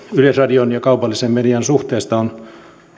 yleisradion ja kaupallisen median suhteesta on